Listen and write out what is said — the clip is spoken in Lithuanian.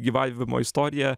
gyvavimo istoriją